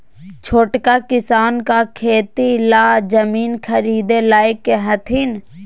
छोटका किसान का खेती ला जमीन ख़रीदे लायक हथीन?